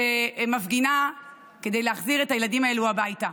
שמפגינה כדי להחזיר את הילדים האלה הביתה,